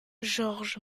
georg